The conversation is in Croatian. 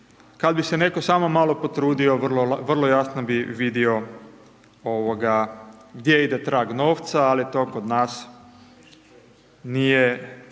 kada bi se netko samo malo potrudio vrlo jasno bi vidio gdje ide trag novca, ali to kod nas nije